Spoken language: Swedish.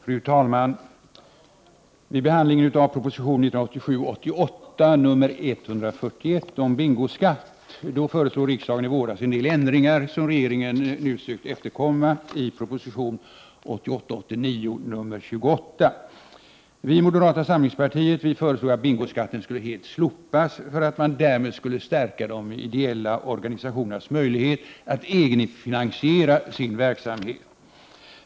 Fru talman! Vid behandlingen av prop. 1987 89:28. Vi i moderata samlingspartiet föreslog att bingoskatten helt skulle slopas för att man därmed skulle stärka de ideella organisationernas möjlighet att egenfinansiera sin verksamhet.